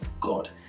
God